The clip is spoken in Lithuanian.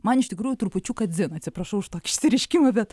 man iš tikrųjų trupučiuką dzin atsiprašau už tokį išsireiškimą bet